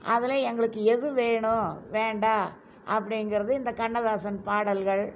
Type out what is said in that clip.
அதில் எங்களுக்கு எது வேணும் வேண்டாம் அப்படிங்கிறது இந்த கண்ணதாசன் பாடல்கள்